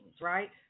right